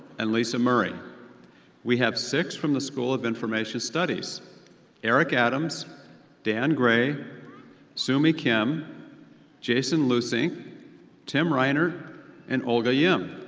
and lisa murray we have six from the school of information studies eric adams dan gray soomi kim jasonleusink tim reinert and olga yim.